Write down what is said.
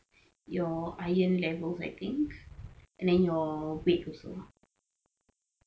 your iron levels I think and then your weight also